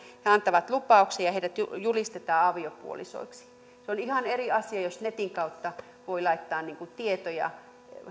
he antavat lupauksen ja heidät julistetaan aviopuolisoiksi on ihan eri asia jos netin kautta voi laittaa tietoja